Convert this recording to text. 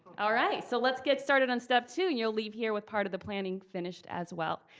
all right, so let's get started on step two and you'll leave here with part of the planning finished as well.